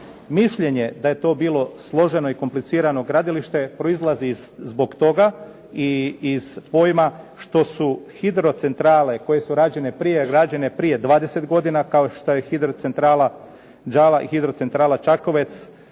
Mišljenje da je to bilo složeno i komplicirano gradilište proizlazi zbog toga i iz pojma što su hidrocentrale koje su rađene prije 20 godina kao što je hidrocentrala Đala i hidrocentrala Čakovec.